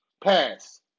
Pass